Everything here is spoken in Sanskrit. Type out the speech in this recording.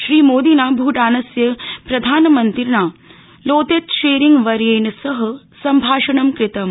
श्रीमोदिना भ्टानस्य प्रधानमन्त्रिणा लोते त्शेरिंग वर्येण सह सम्भाषणं कृतम्